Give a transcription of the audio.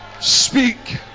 speak